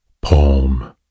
palm